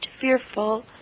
fearful